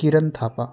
Kiran Thapa